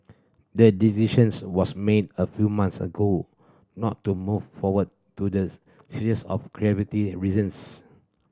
a decisions was made a few months ago not to move forward to the series of creative reasons